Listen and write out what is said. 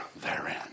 therein